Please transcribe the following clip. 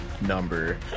number